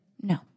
No